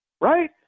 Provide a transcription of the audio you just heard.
right